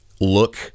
look